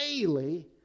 daily